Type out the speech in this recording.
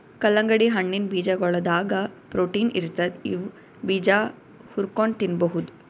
ಕಲ್ಲಂಗಡಿ ಹಣ್ಣಿನ್ ಬೀಜಾಗೋಳದಾಗ ಪ್ರೊಟೀನ್ ಇರ್ತದ್ ಇವ್ ಬೀಜಾ ಹುರ್ಕೊಂಡ್ ತಿನ್ಬಹುದ್